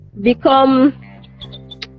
become